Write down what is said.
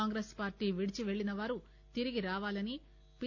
Congress party విడిచిపోయినవారు తిరిగి రావాలని పి